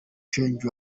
challenge